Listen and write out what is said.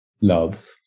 love